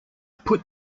put